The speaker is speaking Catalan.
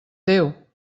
déu